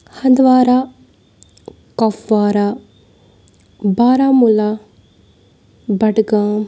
Handwara Kupwara Baramulla Budgam